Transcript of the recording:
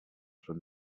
from